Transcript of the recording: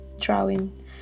drawing